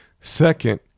Second